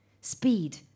Speed